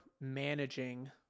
managing